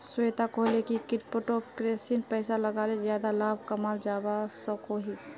श्वेता कोहले की क्रिप्टो करेंसीत पैसा लगाले ज्यादा लाभ कमाल जवा सकोहिस